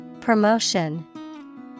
Promotion